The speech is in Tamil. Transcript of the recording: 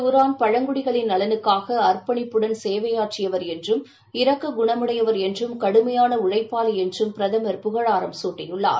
உரான் பழங்குடிகளின் நலனுக்காகஅர்ப்பணிப்புடன் சேவையாற்றியர் என்றும் இரக்ககுணமுடையவர் என்றும் கடுமையானஉழைப்பாளிஎன்றும் பிரதமர் புகழாரம் சூட்டியுள்ளார்